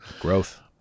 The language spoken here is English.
Growth